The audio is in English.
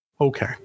Okay